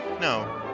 no